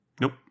Nope